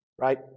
right